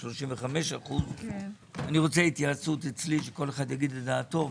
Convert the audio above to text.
35%. שכל אחד יגיד דעתו.